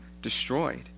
destroyed